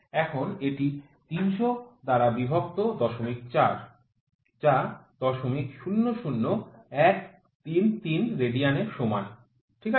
এখন এটি ৩০০ দ্বারা বিভক্ত ০৪ যা ০০০১৩৩ রেডিয়ানের সমান ঠিক আছে